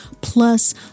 plus